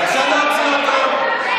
נא להוציא אותו.